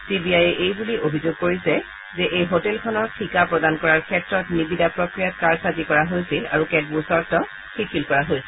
C B I এ এইবুলি অভিযোগ কৰিছে যে এই হোটেলখনৰ ঠিকা প্ৰদান কৰাৰ ক্ষেত্ৰত নিৰিদা প্ৰক্ৰিয়াত কাৰচাজি কৰা হৈছিল আৰু কেতবোৰ চৰ্ত শিথিল কৰা হৈছিল